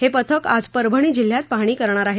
हे पथक आज परभणी जिल्ह्यात पाहणी करणार आहे